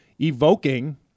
evoking